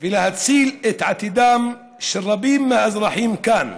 ולהציל את עתידם של רבים מהאזרחים כאן,